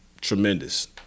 tremendous